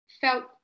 felt